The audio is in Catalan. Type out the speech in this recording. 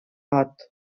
fagot